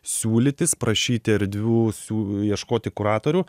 siūlytis prašyti erdvių siū ieškoti kuratorių